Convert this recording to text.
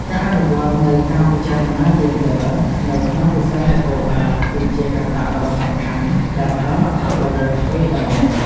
ការអនុវត្តនូវការពិចារណាយេនឌ័រនៅក្នុងវិស័យនគរបាល គឺជាកត្តាដ៏សំខាន់ដែលផ្តល់អត្ថប្រយោជន៍ទ្វេដង។